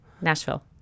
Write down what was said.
Nashville